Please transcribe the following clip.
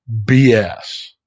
BS